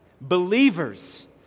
Believers